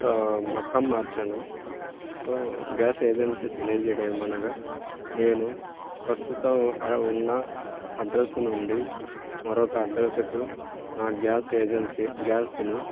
మకాం మార్చాను so gas agency తెలియజేయడం ఏమనగా నేను ప్రస్తుతం ఉన్న అడ్రస్ నుండి మరొక అడ్రస్కు నా గ్యాస్ ఏజెన్సీ గ్యాస్ను